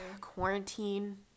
quarantine